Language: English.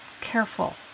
careful